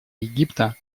египта